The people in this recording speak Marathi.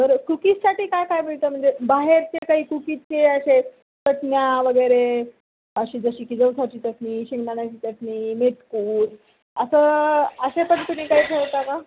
बरं कुकीजसाठी काय काय मिळतं म्हणजे बाहेरचे काही कुकीजचे असे चटण्या वगैरे अशी जशी की जवसाची चटणी शेंगदाण्याची चटणी मेटकूट असं अशातऱ्हेचं तुम्ही काही ठेवता का